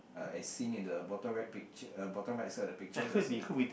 uh as seen in the bottom right pic~ uh bottom right side of the picture there's a